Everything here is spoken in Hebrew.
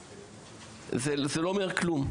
זה לא אומר כלום.